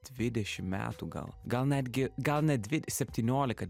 dvidešim metų gal gal netgi gal net dvi septyniolika